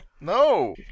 No